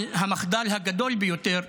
למחדל הגדול ביותר,